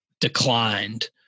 declined